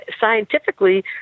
scientifically